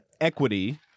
equity